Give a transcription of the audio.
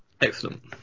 Excellent